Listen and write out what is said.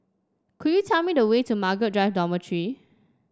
could you tell me the way to Margaret Drive Dormitory